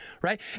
right